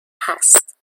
هست